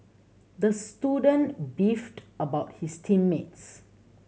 the student beefed about his team mates